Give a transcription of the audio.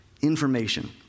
information